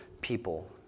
people